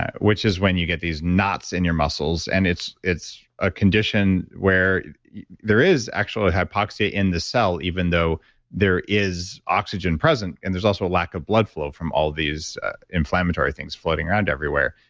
which is when you get these knots in your muscles and it's it's a condition where there is actually hypoxia in the cell, even though there is oxygen present, and there's also a lack of blood flow from all these inflammatory things floating around everywhere,